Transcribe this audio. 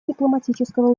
дипломатического